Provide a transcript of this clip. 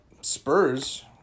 Spurs